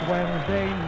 Wednesday